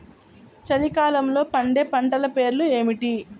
చలికాలంలో పండే పంటల పేర్లు ఏమిటీ?